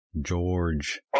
George